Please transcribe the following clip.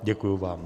Děkuji vám.